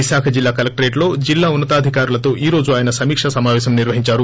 విశాఖ జిల్లా కలెక్షరేట్ లో జిల్లా ఉన్నతాధికారులతో ఈ రోజు ఆయన సమీక్ష సమావేశం నిర్వహించారు